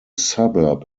suburb